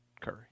Curry